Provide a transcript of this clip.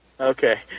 okay